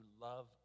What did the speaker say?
love